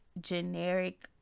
generic